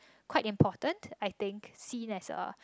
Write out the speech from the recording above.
quite important I think since as a